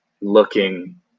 looking